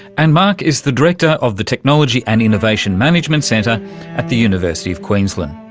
and mark is the director of the technology and innovation management centre at the university of queensland.